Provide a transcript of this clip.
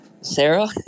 Sarah